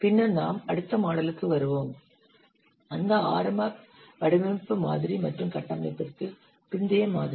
பின்னர் நாம் அடுத்த மாடலுக்கு வருவோம் அந்த ஆரம்ப வடிவமைப்பு மாதிரி மற்றும் கட்டமைப்பிற்கு பிந்தைய மாதிரி